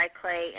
clay